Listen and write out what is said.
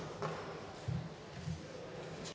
Hvala.